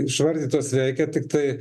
išvardytos veikia tiktai